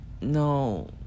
no